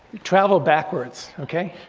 travel backwards okay?